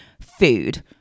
Food